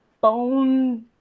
bone